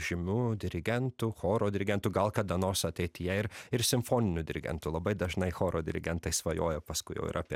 žymiu dirigentu choro dirigentu gal kada nors ateityje ir ir simfoniniu dirigentu labai dažnai choro dirigentai svajoja paskui jau ir apie